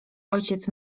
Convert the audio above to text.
ojciec